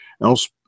else